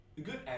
good